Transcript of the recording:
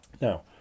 Now